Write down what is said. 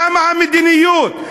למה המדיניות?